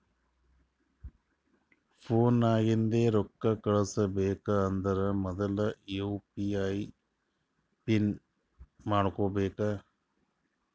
phone ನಾಗಿಂದೆ ರೊಕ್ಕಾ ಕಳುಸ್ಬೇಕ್ ಅಂದರ್ ಮೊದುಲ ಯು ಪಿ ಐ ಪಿನ್ ಮಾಡ್ಕೋಬೇಕ್